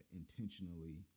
intentionally